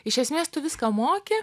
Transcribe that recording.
iš esmės tu viską moki